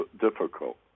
difficult